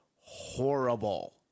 horrible